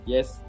Yes